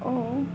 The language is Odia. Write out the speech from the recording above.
ଓ